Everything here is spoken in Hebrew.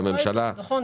נכון.